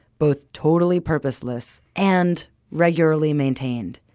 both totally purposeless and regularly maintained.